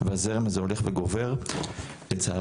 והזרם הזה הולך וגובר לצערי,